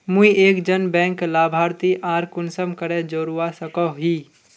मुई एक जन बैंक लाभारती आर कुंसम करे जोड़वा सकोहो ही?